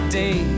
day